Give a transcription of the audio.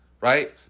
Right